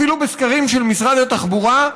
אפילו בסקרים של משרד התחבורה,